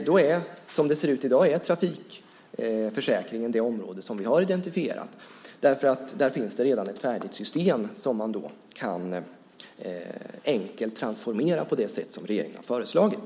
Då är, som det ser ut i dag, trafikförsäkringen det område som vi har identifierat. Där finns det ett redan färdigt system som enkelt kan transformeras på det sätt regeringen har föreslagit.